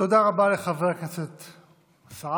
תודה רבה לחבר הכנסת סעדי.